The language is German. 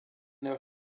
der